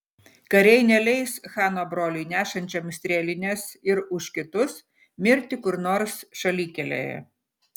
kariai neleis chano broliui nešančiam strėlines ir už kitus mirti kur nors šalikelėje